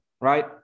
right